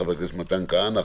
חבר הכנסת מתן כהנא,